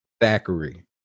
Thackeray